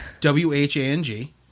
W-H-A-N-G